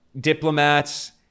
diplomats